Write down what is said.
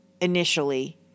initially